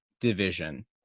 division